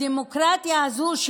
בדמוקרטיה הזו,